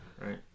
right